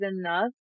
enough